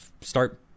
start